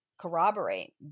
corroborate